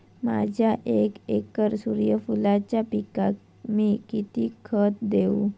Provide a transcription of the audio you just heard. माझ्या एक एकर सूर्यफुलाच्या पिकाक मी किती खत देवू?